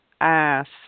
ask